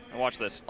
and watch this.